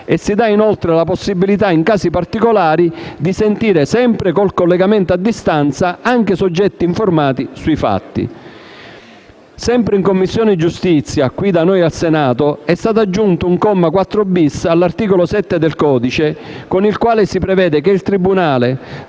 del giudice; la possibilità, in casi particolari, di sentire con il collegamento a distanza anche soggetti informati sui fatti. Sempre in Commissione giustizia qui al Senato è stato aggiunto il comma 4*-bis* all'articolo 7 del codice antimafia, con il quale si prevede che il tribunale,